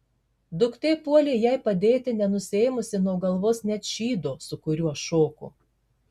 duktė puolė jai padėti nenusiėmusi nuo galvos net šydo su kuriuo šoko